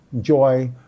joy